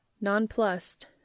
Nonplussed